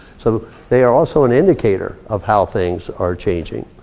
so they are also an indicator of how things are changing.